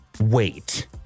wait